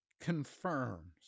confirms